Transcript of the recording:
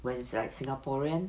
when it's like singaporean